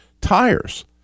tires